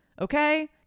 Okay